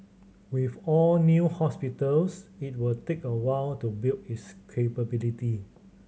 with all new hospitals it will take a while to build its capability